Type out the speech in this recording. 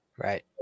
right